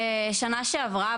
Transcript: שנה שעברה,